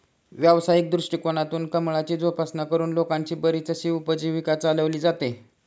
व्यावसायिक दृष्टिकोनातून कमळाची जोपासना करून लोकांची बरीचशी उपजीविका चालवली जाते